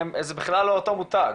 זה בכלל לא אותו מותג,